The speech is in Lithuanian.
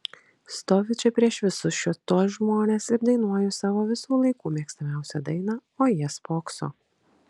stoviu čia prieš visus šituos žmones ir dainuoju savo visų laikų mėgstamiausią dainą o jie spokso